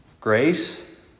grace